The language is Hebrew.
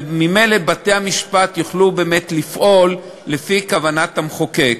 וממילא בתי-המשפט יוכלו באמת לפעול לפי כוונת המחוקק.